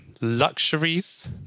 luxuries